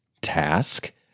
task